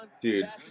Dude